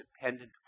dependent